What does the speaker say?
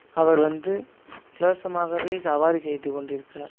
அவர் வந்து இலவசமாகவே சவாரி செய்து கொண்டு இருக்கிறார்